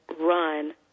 run